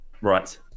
Right